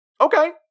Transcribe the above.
Okay